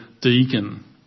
deacon